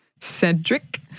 Cedric